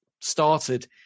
started